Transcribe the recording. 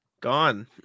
Gone